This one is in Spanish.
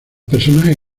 personajes